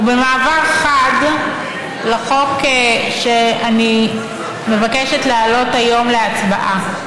ובמעבר חד לחוק שאני מבקשת להעלות היום להצבעה.